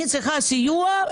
אני צריכה סיוע,